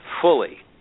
fully